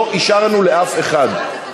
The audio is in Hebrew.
ולא אישרנו לאף אחד.